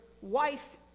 wife